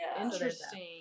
interesting